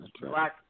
Black